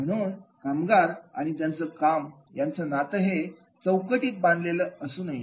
म्हणून कामगार आणि त्याचं काम यांचं नातं हे चौकटीत बांधलेलं असू नये